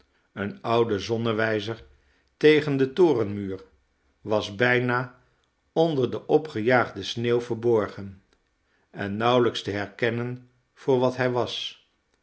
een oude zonnewijzer tegen den torenmuur was bijna onder de opgejaagde sneeuw verborgen en nauwelijks te herkennen voor wat hij was